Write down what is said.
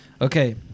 Okay